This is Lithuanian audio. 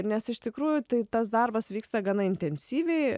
nes iš tikrųjų tai tas darbas vyksta gana intensyviai